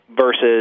Versus